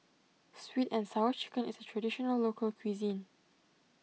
Sweet and Sour Chicken is a Traditional Local Cuisine